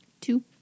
Two